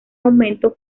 aumento